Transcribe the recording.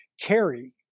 Carry